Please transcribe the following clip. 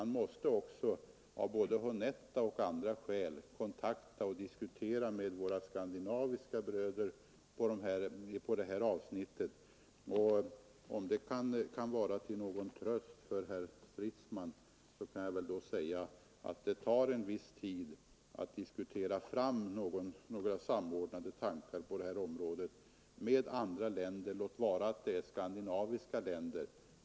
Vi måste både för att uppträda honnett och av andra skäl diskutera saken med våra skandinaviska bröder, och det tar en viss tid att med andra länder, även om det som här gäller de skandinaviska länderna, arbeta fram samordnade förslag.